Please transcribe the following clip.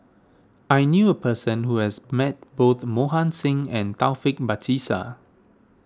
I knew a person who has met both Mohan Singh and Taufik Batisah